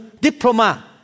diploma